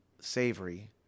savory